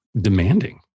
demanding